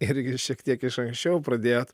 irgi šiek tiek iš anksčiau pradėjot